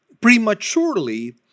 prematurely